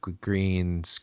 green